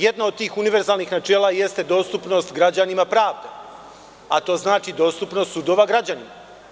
Jedno od tih univerzalnih načela je dostupnost građanima pravde, a to znači dostupnost sudova građanima.